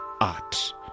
art